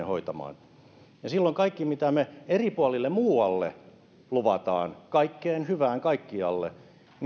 hoitamaan ja silloin kaikki mitä me eri puolille muualle lupaamme kaikkeen hyvään kaikkialle